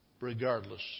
regardless